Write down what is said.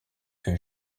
que